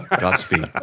Godspeed